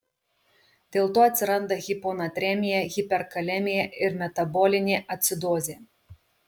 dėlto atsiranda hiponatremija hiperkalemija ir metabolinė acidozė